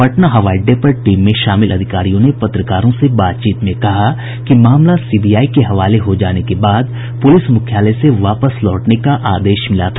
पटना हवाई अड्डे पर टीम में शामिल अधिकारियों ने पत्रकारों से बातचीत में कहा कि मामला सीबीआई के हवाले हो जाने के बाद पुलिस मुख्यालय से वापस लौटने का आदेश मिला था